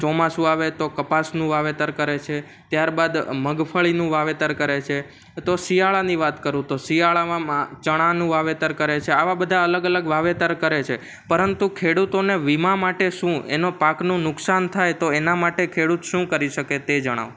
ચોમાસું આવે તો કપાસનું વાવેતર કરે છે ત્યારબાદ મગફળીનું વાવેતર કરે છે તો શિયાળાની વાત કરું તો શિયાળામાં ચણાનું વાવેતર કરે છે આવા બધા અલગ અલગ વાવેતર કરે છે પરંતુ ખેડૂતોને વીમા માટે શું એનો પાકનો નુકસાન થાય તો એના માટે ખેડૂત શું કરી શકે તે જણાવો